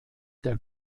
der